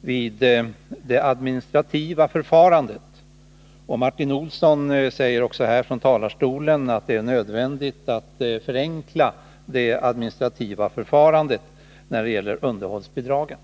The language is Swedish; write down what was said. vid det administrativa förfarandet. Martin Olsson sade också här från talarstolen att det är nödvändigt att förenkla det administrativa förfarandet när det gäller underhållsbidragen.